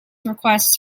requests